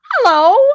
Hello